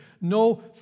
No